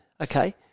okay